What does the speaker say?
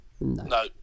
No